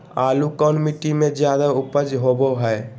आलू कौन मिट्टी में जादा ऊपज होबो हाय?